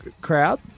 crowd